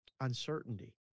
uncertainty